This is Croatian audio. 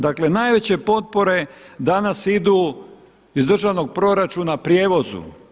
Dakle, najveće potpore danas idu iz državnog proračuna prijevozu.